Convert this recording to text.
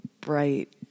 bright